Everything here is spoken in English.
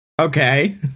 Okay